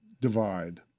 divide